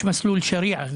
יש מסלול שריע?